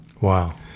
Wow